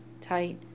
tight